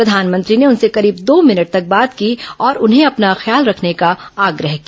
प्रधानमंत्री ने उनसे करीब दो मिनट तक बात की और उन्हें अपना ख्याल रखने का आग्रह किया